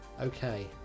Okay